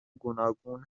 گوناگون